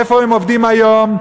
איפה הם עובדים היום?